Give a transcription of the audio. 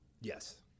Yes